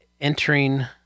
entering